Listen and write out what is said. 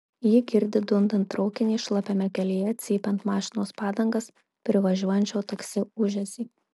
ji girdi dundant traukinį šlapiame kelyje cypiant mašinos padangas privažiuojančio taksi ūžesį